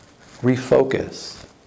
refocus